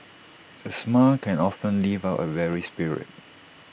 A smile can often lift up A weary spirit